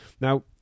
Now